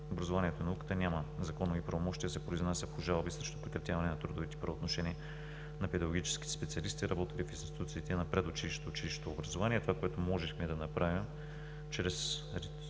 образованието и науката няма законови правомощия да се произнася по жалби срещу прекратяване на трудовите правоотношения на педагогическите специалисти, работили в институциите на предучилищното и училищното образование. Това, което можехме да направим